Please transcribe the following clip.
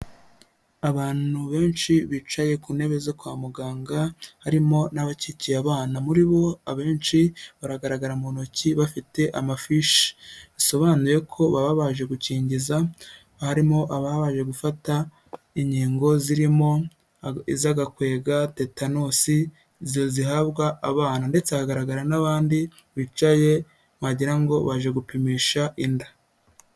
Abantu benshi bicaye ku ntebe zo kwa muganga harimo n'abakikiye abana, muri bo abenshi baragaragara mu ntoki bafite amafishi, bisobanuye ko baba baje gukingiza harimo ababanje gufata inkingo zirimo iz'agakwega tetansi, izo zihabwa abana ndetse hagaragara n'abandi bicaye wagirango ngo baje gupimisha inda.